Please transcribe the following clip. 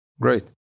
Great